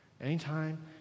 Anytime